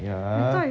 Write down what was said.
yeah